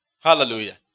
Hallelujah